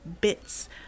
bits